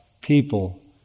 people